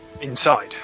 inside